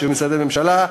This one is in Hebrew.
משרדי הממשלה,